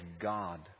God